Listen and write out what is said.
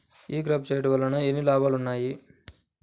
ఈ క్రాప చేయుట వల్ల ఎన్ని లాభాలు ఉన్నాయి?